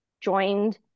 joined